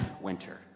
winter